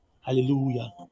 Hallelujah